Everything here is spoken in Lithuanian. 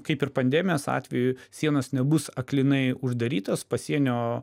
kaip ir pandemijos atveju sienos nebus aklinai uždarytos pasienio